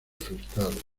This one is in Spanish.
fiscales